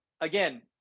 Again